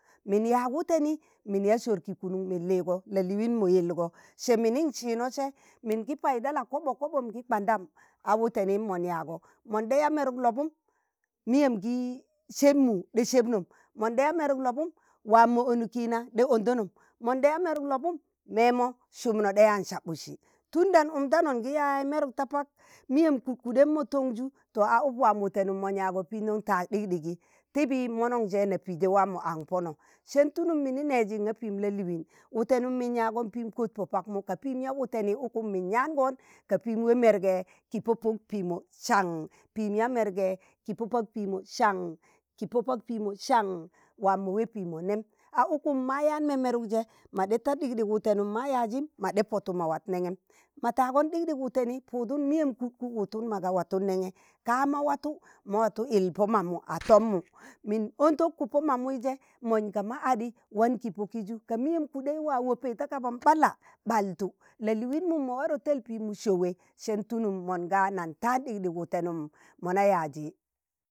min yaag wuteni min yaa sor ki kunun min liigo, la'liinmu yilgo se minin siino se mingi paiɗa la'koɓo koɓom ki kwandam, a wutenim mon yaago mon ɗe yaa meruk lobum miyem gi seb mu ɗa sebnom, mon da yaa meruk lobum waa mo onuki na ɗa ondanom mon ɗa yaa meruk labum memo sumno ɗa yaan sabusi, tunda n'umjano ngi yaaz meruk ta pak miyem kukuɗem mo tonju to a uk waam mutenum mon yaago mindam taag dik- digi tibi monon se na piju waa mo ank pono sen tulum mini neji nga piim la'liin wutenum min yaago pim kot po pakmu, ka piim yaa wuteni ukum min yaangon ka piim yaa merge ki po pok piimo saan, piim yaa merge ki po pak pimo saan, ki po pak piimo saan waa mo wee piimo nem a ukum mayaan merukje ma ɗe ta ɗik ɗig wutenum ma yaazim moɗe potu ma wat nengem ma tạagon dik- dik wuteni puudun miyem kuku wutum magu waton nenge kaa ma watu ma watu yil po mamu a tommu min ondanku po mamuje monj ga ma adi wan ki poki ju, ka miyem kuɗei waa wupi ta kaba ɓalla, ɓaltu la'liin mu mo waro talpimu sọowe, sen tulum mon ga nan tạan ɗik ɗik wutenum mona yaazi.